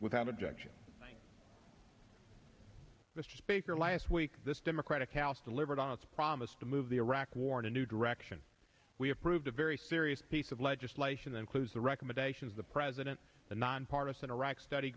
without objection mr speaker last week this democratic house delivered on its promise to move the iraq war in a new direction we approved a very serious piece of legislation includes the recommendations the president the nonpartizan iraq study